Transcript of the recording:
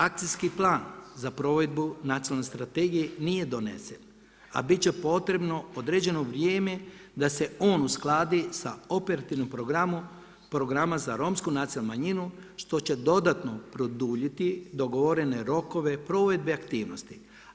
Akcijski plan za provedbu nacionalne strategije nije donesen, a bit će potrebno određeno vrijeme da se on uskladi sa operativnim programom za romsku nacionalnu manjinu što će dodatno produljiti dogovorene rokove provedbe aktivnosti.